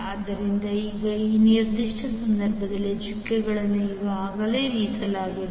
ಆದ್ದರಿಂದ ಈಗ ಈ ನಿರ್ದಿಷ್ಟ ಸಂದರ್ಭದಲ್ಲಿ ಚುಕ್ಕೆಗಳನ್ನು ಈಗಾಗಲೇ ಇರಿಸಲಾಗಿದೆ